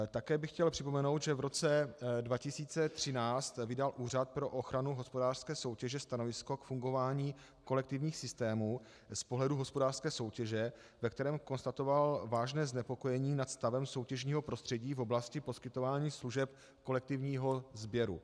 Také bych chtěl připomenout, že v roce 2013 vydal Úřad pro ochranu hospodářské soutěže stanovisko k fungování kolektivních systémů z pohledu hospodářské soutěže, ve kterém konstatoval vážné znepokojení nad stavem soutěžního prostředí v oblasti poskytování služeb kolektivního sběru.